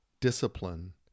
discipline